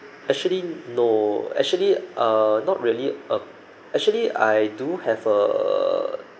actually no actually uh not really uh actually I do have a